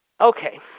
Okay